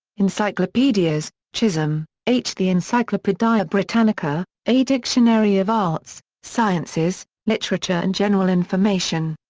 encyclopedias chisholm, h. the encyclopaedia britannica a dictionary of arts, sciences, literature and general information.